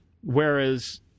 Whereas